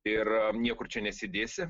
ir niekur čia nesidėsi